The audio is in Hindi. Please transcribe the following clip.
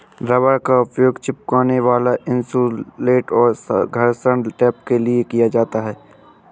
रबर का उपयोग चिपकने वाला इन्सुलेट और घर्षण टेप के लिए किया जाता है